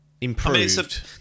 improved